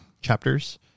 chapters